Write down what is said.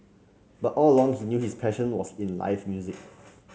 but all along he knew his passion was in live music